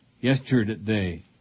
yesterday